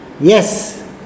Yes